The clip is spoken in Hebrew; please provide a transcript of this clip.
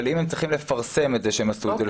אבל אם הם צריכים לפרסם את זה שהם עשו את זה,